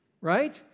right